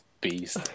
beast